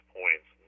points